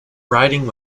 writing